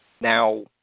now